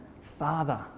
Father